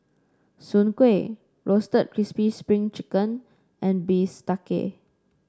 Soon Kuih Roasted Crispy Spring Chicken and bistake